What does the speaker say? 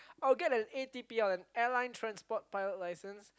I'll get an A_T_P_L an airline transport pilot license